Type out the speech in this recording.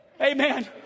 amen